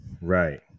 Right